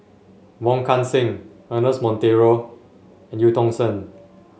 Wong Kan Seng Ernest Monteiro and Eu Tong Sen